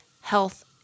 health